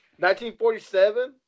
1947